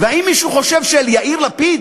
והאם מישהו חושב שליאיר לפיד